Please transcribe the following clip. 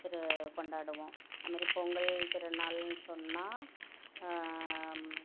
கொண்டாடுவோம் அதுமாரி பொங்கல் திருநாள்னு சொன்னால்